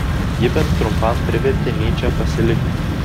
ji bent trumpam privertė nyčę pasilikti